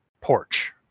porch